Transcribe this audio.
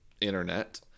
internet